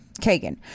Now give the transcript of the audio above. Kagan